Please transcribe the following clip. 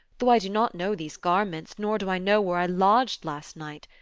though i do not know these garments, nor do i know where i lodged last night.